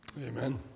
Amen